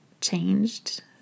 changed